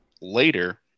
later